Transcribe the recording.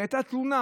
והייתה תלונה